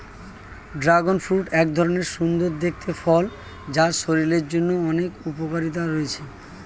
dragon fruit এক ধরণের সুন্দর দেখতে ফল যার শরীরের জন্য অনেক উপকারিতা রয়েছে